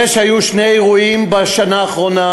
זה שהיו שני אירועים בשנה האחרונה: